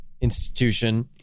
institution